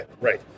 Right